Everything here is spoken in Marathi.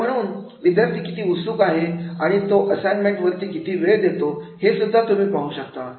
तर म्हणून विद्यार्थी किती उत्सुक आहे आणि तो असाइनमेंट वरती किती वेळ देत असतो हे सुद्धा तुम्ही पाहू शकता